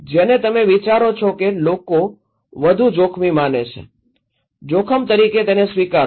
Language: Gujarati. જેને તમે વિચારો છો કે લોકો વધુ જોખમી માને છે જોખમ તરીકે તેને સ્વીકારો